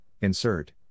insert